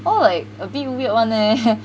all like a bit weird one leh